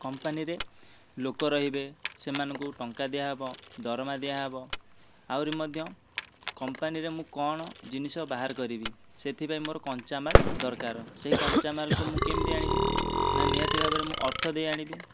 କମ୍ପାନୀରେ ଲୋକ ରହିବେ ସେମାନଙ୍କୁ ଟଙ୍କା ଦିଆହେବ ଦରମା ଦିଆହେବ ଆହୁରି ମଧ୍ୟ କମ୍ପାନୀରେ ମୁଁ କଣ ଜିନିଷ ବାହାର କରିବି ସେଇଥିପାଇଁ ମୋର କଞ୍ଚାମାଲ ଦରକାର ସେହି କଞ୍ଚାମାଲକୁ ମୁଁ କେମିତି ଆଣିବି ନା ନିହାତି ଭାବରେ ମୁଁ ଅର୍ଥ ଦେଇ ଆଣିବି